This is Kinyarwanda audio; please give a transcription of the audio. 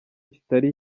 kitari